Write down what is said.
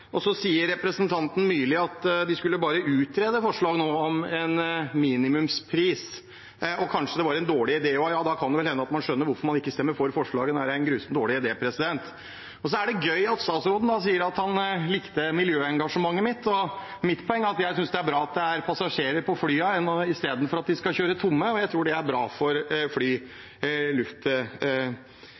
sier nå at de bare skal utrede forslag om en minimumspris, og at det kanskje er en dårlig idé. Ja, da kan det hende man skjønner hvorfor man ikke stemmer for forslaget, når det er en grusomt dårlig idé. Det er gøy at statsråden sier at han likte miljøengasjementet mitt. Mitt poeng er at jeg synes det er bra at det er passasjerer på flyene istedenfor at de skal kjøre tomme. Jeg tror det er bra for